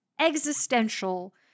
existential